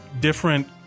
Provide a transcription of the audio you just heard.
different